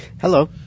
Hello